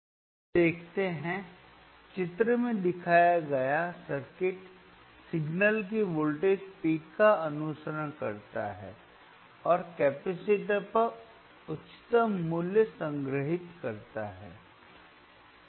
तो हम देखते हैं चित्र में दिखाया गया सर्किट सिग्नल की वोल्टेज पीक का अनुसरण करता है और कैपेसिटर पर उच्चतम मूल्य संग्रहीत करता है